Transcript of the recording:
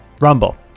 Rumble